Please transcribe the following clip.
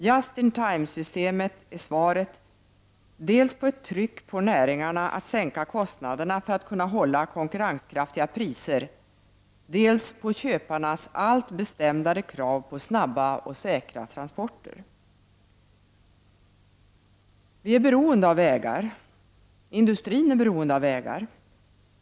Just-in-time-systemet är svaret dels på ett tryck på näringarna att sänka kostnaderna för att kunna hålla konkurrenskraftiga priser, dels på köparnas allt bestämdare krav på snabba och säkra transporter. Vi är beroende av vägar — och industrin är beroende av vägar.